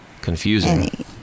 confusing